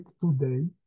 today